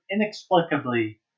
inexplicably